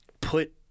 put